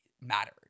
mattered